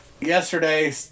yesterday